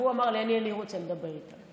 והוא אמר לי: אני רוצה לדבר איתם.